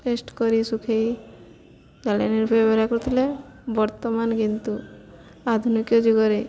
test କରି ଶୁଖାଇ ଜାଳେଣି ରୂପେ ବ୍ୟବହାର କରୁଥିଲେ ବର୍ତ୍ତମାନ କିନ୍ତୁ ଆଧୁନିକ ଯୁଗରେ